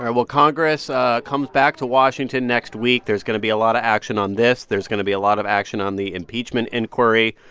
well, congress comes back to washington next week. there's going to be a lot of action on this. there's going to be a lot of action on the impeachment inquiry.